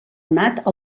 nat